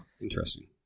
interesting